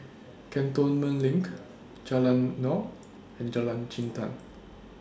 Cantonment LINK Jalan Naung and Jalan Jintan